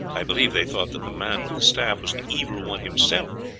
i believe they thought that the man with the staff was the evil one himself,